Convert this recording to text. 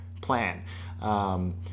plan